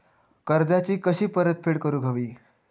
कर्जाची कशी परतफेड करूक हवी?